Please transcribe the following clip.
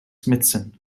smithson